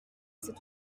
cet